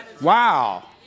Wow